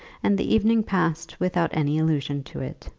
and the evening passed without any allusion to it.